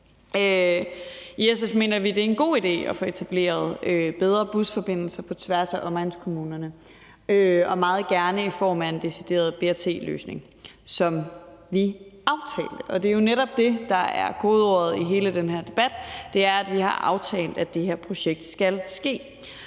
I SF mener vi, det er en god idé at få etableret bedre busforbindelser på tværs af omegnskommunerne og meget gerne i form af en decideret BRT-løsning, som vi aftalte. Det er jo netop det, der er kodeordet i hele den her debat. Det er, at vi har aftalt, at det her projekt skal ske.